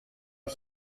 aux